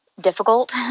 difficult